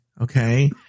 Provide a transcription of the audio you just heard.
Okay